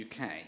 UK